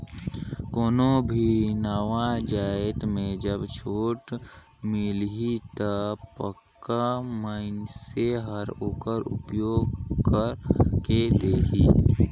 कोनो भी नावा जाएत में जब छूट मिलही ता पक्का मइनसे हर ओकर उपयोग कइर के देखही